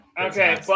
Okay